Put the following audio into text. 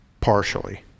partially